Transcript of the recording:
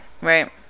right